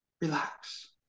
relax